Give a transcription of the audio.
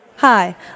Hi